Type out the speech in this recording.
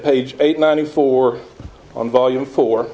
page eight ninety four on volume fo